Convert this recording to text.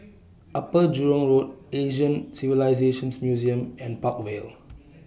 Upper Jurong Road Asian Civilisations Museum and Park Vale